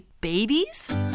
babies